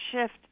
shift